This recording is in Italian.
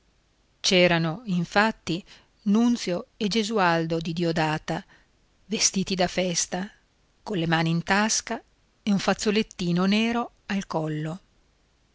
c'erano infatti nunzio e gesualdo di diodata vestiti da festa colle mani in tasca e un fazzolettino nero al collo